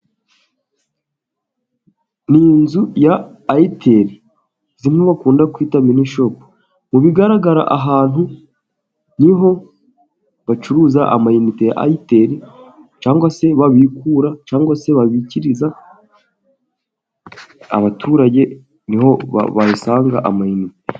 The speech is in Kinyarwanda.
Ni inzu ya aitel zimwe bakunda kwita minishopu. Mu bigaragara aha hantu ni ho bacuruza amayinite ya aitel, cyangwa se babikura, cyangwa se babikiriza, abaturage ni ho bayasanga amayinite.